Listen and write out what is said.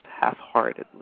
half-heartedly